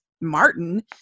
martin